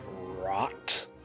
rot